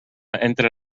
entre